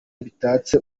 bitatse